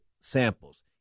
samples